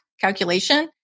calculation